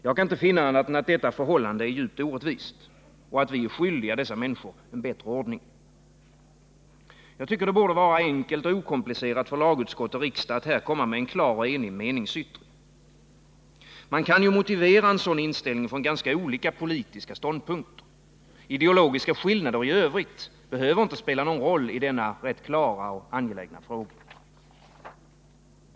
Jag kan inte finna annat än att detta förhållande är djupt orättvist och att vi är skyldiga dessa människor en bättre ordning. Jag tycker att det borde vara enkelt och okomplicerat för lagutskott och riksdag att här komma med en klar och enig meningsyttring. Man kan ju motivera en sådan inställning från ganska olika politiska ståndpunkter. Ideologiska skillnader i övrigt behöver inte spela någon roll i denna rätt klara och angelägna fråga.